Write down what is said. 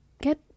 get